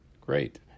Great